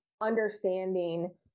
Understanding